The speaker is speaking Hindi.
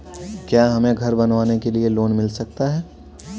क्या हमें घर बनवाने के लिए लोन मिल सकता है?